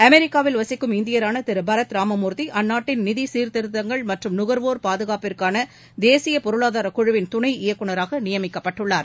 அமெிக்காவில் வசிக்கும் இந்தியரான திரு பரத் ராமமூர்த்தி அந்நாட்டின் நிதி சீர்த்திருத்தங்கள் மற்றும் நுகர்வோர் பாதுகாப்புக்கான தேசிய பொருளாதார குழுவின் துணை இயக்குநராக நியமிக்கப்பட்டுள்ளார்